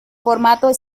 formato